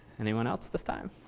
anyone else, this time?